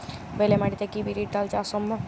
বেলে মাটিতে কি বিরির ডাল চাষ সম্ভব?